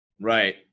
Right